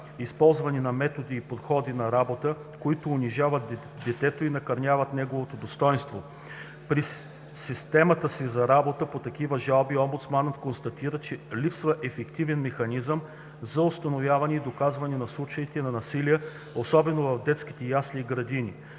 използване на методи и подходи на работа, които унижават детето и накърняват неговото достойнство. При системната си работа по такива жалби омбудсманът констатира, че липсва ефективен механизъм за установяване и доказване на случаи на насилие, особено в детските ясли и градини.